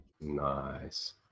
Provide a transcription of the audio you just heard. Nice